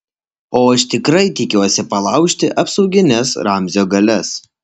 o aš tikrai tikiuosi palaužti apsaugines ramzio galias